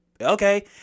okay